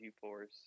force